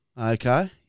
Okay